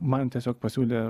man tiesiog pasiūlė